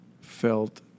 felt